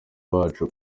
bacu